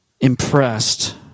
impressed